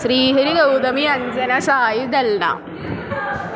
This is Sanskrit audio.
श्रीहरिः गौतमी अञ्जना शायु देल्ना